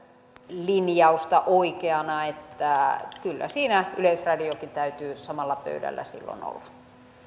linjausta oikeana että kyllä siinä yleisradionkin täytyy samalla pöydällä silloin olla